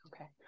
Okay